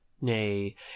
nay